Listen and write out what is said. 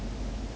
mmhmm